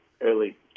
early